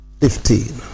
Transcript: fifteen